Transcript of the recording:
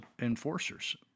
enforcers